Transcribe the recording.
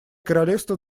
королевство